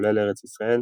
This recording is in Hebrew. כולל ארץ ישראל,